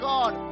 God